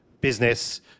business